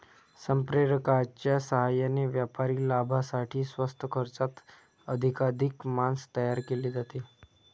संप्रेरकांच्या साहाय्याने व्यापारी लाभासाठी स्वस्त खर्चात अधिकाधिक मांस तयार केले जाते